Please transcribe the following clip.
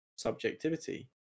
subjectivity